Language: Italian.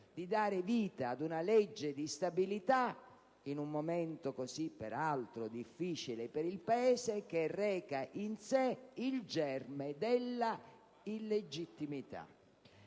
di dare vita ad una legge di stabilità, in un momento peraltro così difficile per il Paese, che reca in sé il germe della illegittimità.